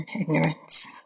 ignorance